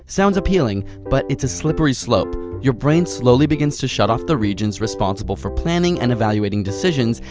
sounds appealing, but its a slippery slope. your brain slowly begins to shut off the regions responsible for planning and evaluating decisions,